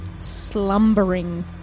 slumbering